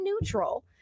neutral